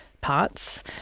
parts